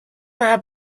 have